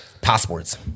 Passwords